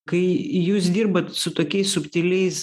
kai jūs dirbat su tokiais subtiliais